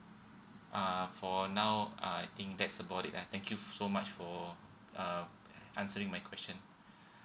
uh for now uh I think that's about it ah thank you so much for uh answering my question